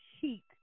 heat